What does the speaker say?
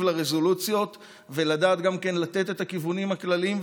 לרזולוציות ולדעת גם כן לתת את הכיוונים הכלליים,